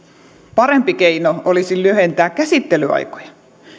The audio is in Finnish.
parempi keino olisi lyhentää käsittelyaikoja